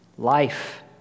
Life